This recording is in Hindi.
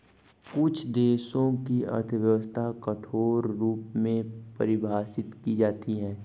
कुछ देशों की अर्थव्यवस्था कठोर रूप में परिभाषित की जाती हैं